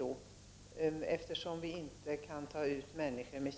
Vi kan tydligen inte ta ut människor med